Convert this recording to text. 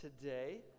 today